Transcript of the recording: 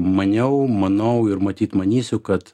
maniau manau ir matyt manysiu kad